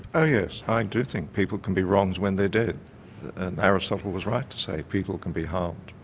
oh yes. i do think people can be wronged when they dead, and aristotle was right to say people can be harmed.